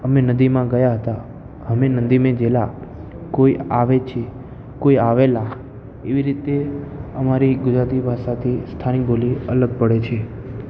અમે નદીમાં ગયા હતા અમે નદી મેં જેલા કોઈ આવે છે કોઈ આવે લા એવી રીતે અમારી ગુજરાતી ભાસાથી સ્થાનિક બોલી અલગ પડે છે